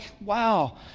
wow